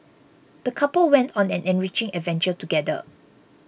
the couple went on an enriching adventure together